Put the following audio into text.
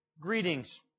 Greetings